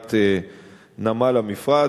לבניית נמל המפרץ.